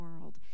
world